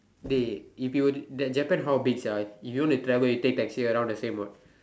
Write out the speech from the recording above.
dey if you were to that Japan how big sia if you were to travel you take taxi around the same what